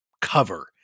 cover